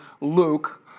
Luke